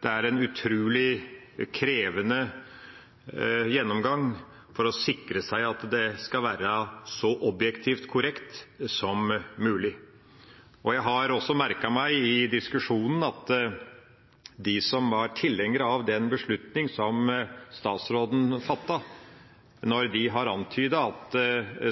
det er en utrolig krevende gjennomgang å sikre seg at det skal være så objektivt korrekt som mulig. Jeg har også merket meg i diskusjonen dem som var tilhengere av den beslutning som statsråden fattet. Når de har antydet at